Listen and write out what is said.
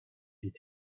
dit